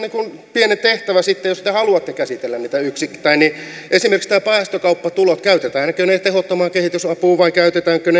pienen tehtävän sitten jos te haluatte käsitellä niitä yksittäin esimerkiksi tämä päästökauppatulo käytetäänkö se tehottomaan kehitysapuun vai käytetäänkö